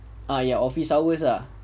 ah ya office hours ah